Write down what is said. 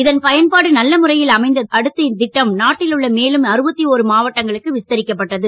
இதன் பயன்பாடு நல்ல முறையில் அமைந்தது அடுத்து இத்திட்டம் நாட்டில் உள்ள மேலும் மாவட்டங்களுக்கு விஸ்தரிக்கப்பட்டது